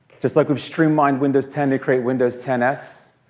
just like we've streamlined windows ten to create windows ten s,